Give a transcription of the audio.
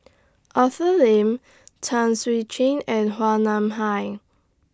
Arthur Lim Tan Swee and Nam Hai